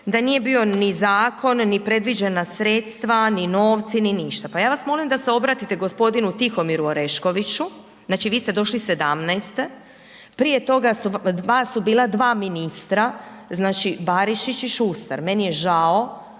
da nije bio ni zakon, ni predviđena sredstva, ni novci, ni ništa. Pa ja vas molim da se obratite gospodinu Tihomiru Oreškoviću, znači vi ste došli '17., prije toga su vam, vas su bila dva ministra znači Barišić i Šuster, meni je žao